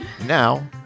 Now